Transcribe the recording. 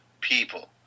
people